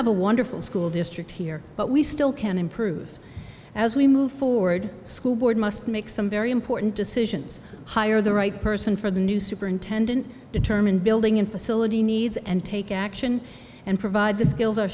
have a wonderful school district here but we still can improve as we move forward school board must make some very important decisions hire the right person for the new superintendent determine building in facility needs and take action and provide the skills